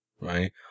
right